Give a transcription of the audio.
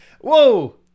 Whoa